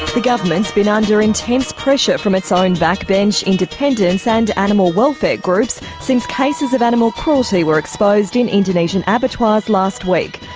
the government's been under intense pressure from its own back bench, independents and animal welfare groups since cases of animal cruelty were exposed in indonesian abattoirs last week.